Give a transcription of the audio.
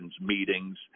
meetings